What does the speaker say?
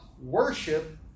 worship